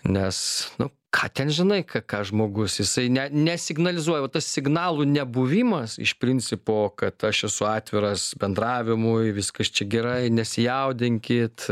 nes nu ką ten žinai k ką žmogus jisai ne nesignalizuoja va tas signalų nebuvimas iš principo kad aš esu atviras bendravimui viskas čia gerai nesijaudinkit